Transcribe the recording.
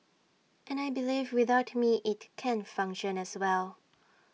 and I believe without me IT can function as well